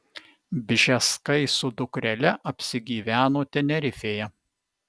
bžeskai su dukrele apsigyveno tenerifėje